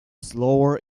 slower